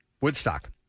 Woodstock